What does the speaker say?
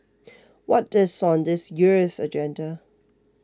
what is on this year's agenda